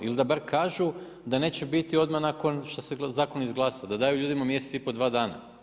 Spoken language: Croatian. Ili da bar kažu da neće biti odmah nakon što se zakon izglasa, da daju ljudima mjesec i pol, dva dana.